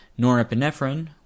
Norepinephrine